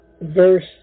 verse